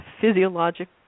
physiologic